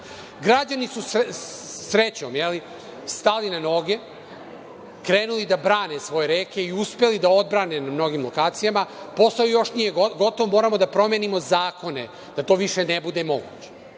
prirode. Građani su, srećom, stali na noge, krenuli da brane svoje reke i uspeli da odbrane na mnogim lokacijama. Posao još nije gotov, moramo da promenimo zakone da to više ne bude moguće.